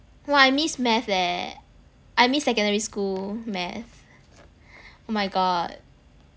!wah! I miss maths eh I miss secondary school math my god